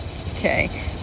Okay